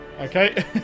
Okay